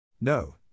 No